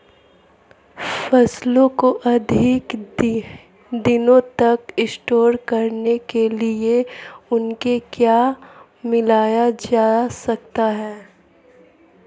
फसलों को अधिक दिनों तक स्टोर करने के लिए उनमें क्या मिलाया जा सकता है?